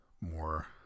more